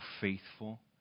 faithful